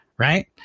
Right